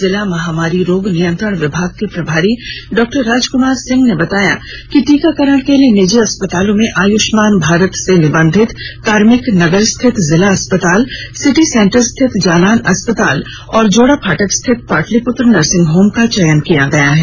जिला महामारी रोग नियंत्रण विभाग के प्रभारी डॉ राजकुमार सिंह ने बताया कि टीकाकरण के लिए निजी अस्पतालों में आयुष्मान भारत से निबंधित कार्मिक नगर स्थित जिला अस्पताल सिटी सेंटर स्थित जालान अस्पताल और जोड़ा फाटक स्थित पाटलिपुत्र नर्सिंग होम का चयन किया गया है